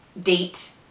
date